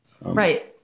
Right